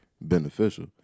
beneficial